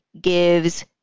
gives